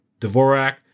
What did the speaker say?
Dvorak